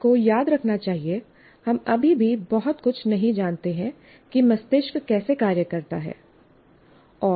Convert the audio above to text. शिक्षक को याद रखना चाहिए हम अभी भी बहुत कुछ नहीं जानते हैं कि मस्तिष्क कैसे कार्य करता है और लोग कैसे सीखते हैं